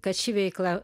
kad ši veikla